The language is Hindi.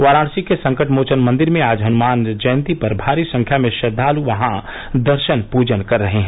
वाराणसी के संकटमोचन मंदिर में आज हनुमान जयंती पर भारी संख्या में श्रद्वालु वहां दर्शन पूजन कर रहे हैं